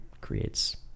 creates